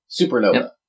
Supernova